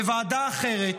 בוועדה אחרת,